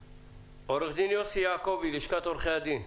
עו"ד יוסי יעקבי, לשכת עורכי הדין.